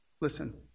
listen